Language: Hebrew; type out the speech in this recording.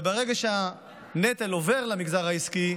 וברגע שהנטל עובר למגזר העסקי,